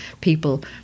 people